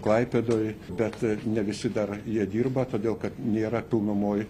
klaipėdoj bet ne visi dar jie dirba todėl kad nėra pilnumoj